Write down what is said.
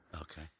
Okay